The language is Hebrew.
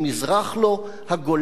הגולן והגלעד,